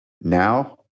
now